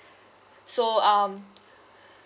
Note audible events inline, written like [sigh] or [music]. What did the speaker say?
so um [breath]